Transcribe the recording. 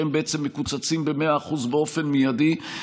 והם בעצם מקוצצים ב-100% מיידית,